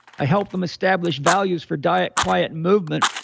i help them establish values for diet quiet movement.